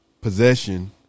possession